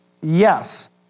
yes